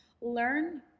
learn